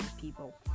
people